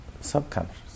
subconscious